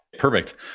Perfect